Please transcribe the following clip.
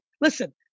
listen